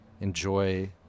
enjoy